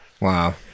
Wow